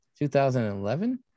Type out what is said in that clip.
2011